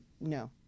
no